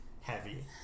heavy